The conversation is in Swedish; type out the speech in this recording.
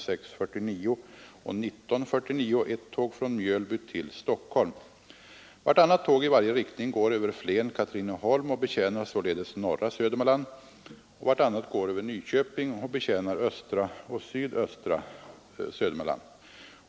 6.49 och 19.49 ett tåg från Mjölby till Stockholm. Vartannat tåg i varje riktning går över Flen-Katrineholm och betjänar således norra Södermanland, och vartannat går över Nyköping och betjänar östra och sydöstra Södermanland.